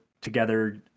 together